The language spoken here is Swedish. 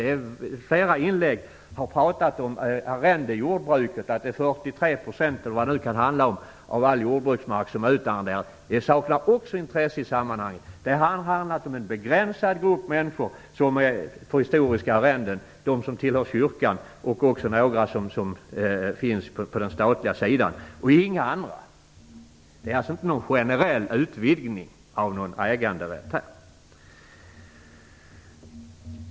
I flera inlägg har man talat om arrendejordbruket i allmänhet, att det är 43 % eller vad det nu kan handla om av all jordbruksmark som är utarrenderad. De saknar också intresse i sammanhanget. Det här handlar om en begränsad grupp människor på historiska arrenden som tillhör kyrkan och några som finns på den statliga sidan och inga andra. Det är alltså inte någon generell utvidgning av någon äganderätt.